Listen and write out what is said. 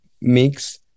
mix